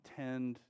tend